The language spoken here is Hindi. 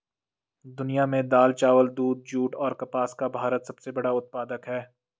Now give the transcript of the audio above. दुनिया में दाल, चावल, दूध, जूट और कपास का भारत सबसे बड़ा उत्पादक है